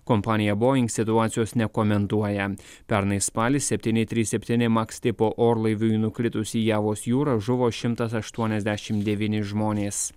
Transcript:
kompanija boing situacijos nekomentuoja pernai spalį septyni trys septyni maks tipo orlaiviui nukritus į javos jūrą žuvo šimtas aštuoniasdešim devyni žmonės